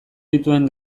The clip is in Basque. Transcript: dituen